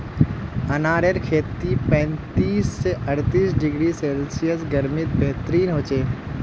अनारेर खेती पैंतीस स अर्तीस डिग्री सेल्सियस गर्मीत बेहतरीन हछेक